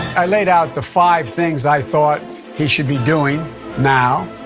i laid out the five things i thought he should be doing now.